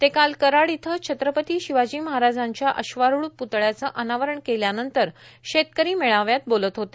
ते काल कराड इथं छत्रपती शिवाजी महाराजांच्या अश्वारुढ पृतळ्याचं अनावरण केल्यानंतर शेतकरी मेळाव्यात बोलत होते